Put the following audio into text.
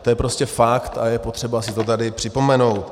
To je prostě fakt a je potřeba si to tady připomenout.